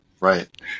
Right